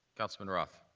councilman roth?